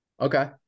Okay